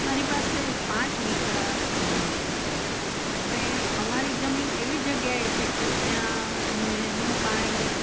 અમારી પાસે પાંચ વીઘા જમીન છે હવે અમારી જમીન એવી જગ્યાએ છે કે જ્યાં નહેરનું પાણી